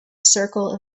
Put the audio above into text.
circle